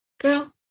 Girl